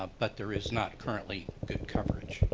ah but there is not currently good and coverage?